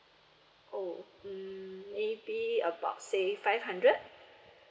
oh um maybe about say five hundred